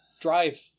drive